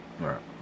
Right